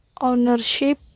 ownership